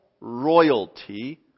royalty